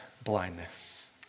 Blindness